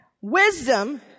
wisdom